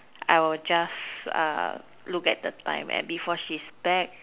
I will just uh look at the time and before she's back